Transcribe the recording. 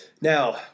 Now